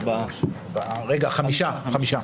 רביזיה.